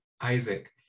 Isaac